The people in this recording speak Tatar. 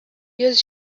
йөз